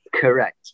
Correct